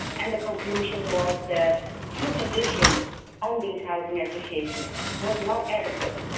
and the conclusion was that supervision on these housing associations was not adequate.